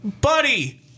buddy